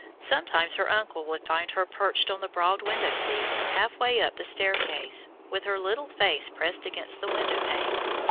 sometimes her uncle would find her perched on the broad window-seat half-way up the staircase, with her little face pressed against the windowpanes,